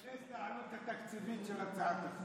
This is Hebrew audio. העלות התקציבית של הצעת החוק?